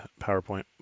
PowerPoint